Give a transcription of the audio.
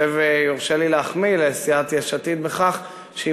יורשה לי להחמיא לסיעת יש עתיד בכך שהיא